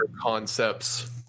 concepts